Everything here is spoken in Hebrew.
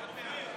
עוד מעט.